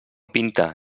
pinta